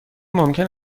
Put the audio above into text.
ممکن